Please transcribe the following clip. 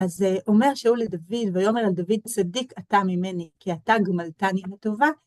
אז אומר שאול לדוד, "ויאמר לדוד צדיק אתה ממני, כי אתה גמלתני בטובה."